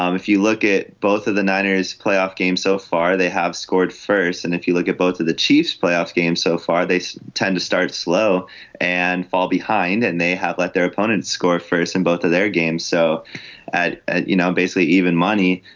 um if you look at both of the niners playoff game so far they have scored first. and if you look at both of the chiefs playoffs game so far they tend to start slow and fall behind and they have let their opponents score first and both of their games so you know basically even money.